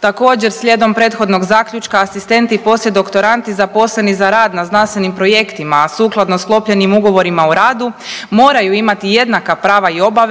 Također, slijedom prethodnog zaključka, asistenti i poslijedoktorandi zaposleni za rad na znanstvenim projektima, a sukladno sklopljenim ugovorima o radu, moraju imati jednaka prava i obaveze